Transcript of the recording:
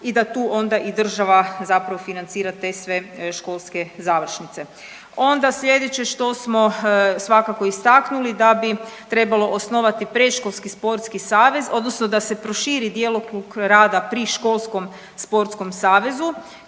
i da tu onda i država zapravo financira te sve školske završnice. Onda sljedeće što smo svakako istaknuli da bi trebalo osnovati predškolski sportski savez odnosno da se proširi djelokrug rada pri školskom sportskom savezu